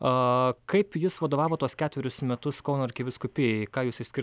kaip jis vadovavo tuos ketverius metus kauno arkivyskupijai ką jūs išskirtumėt